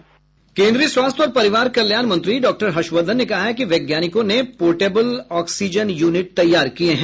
केन्द्रीय स्वास्थ्य और परिवार कल्याण मंत्री डॉ हर्षवर्धन ने कहा है कि वैज्ञानिकों ने पोर्टेबल ऑक्सीजन यूनिट तैयार किए हैं